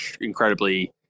incredibly